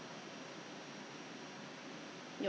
oh !wah! so then